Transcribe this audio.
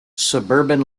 suburban